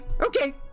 okay